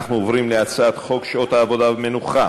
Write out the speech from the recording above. אנחנו עוברים להצעת חוק שעות עבודה ומנוחה